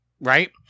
Right